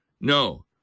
No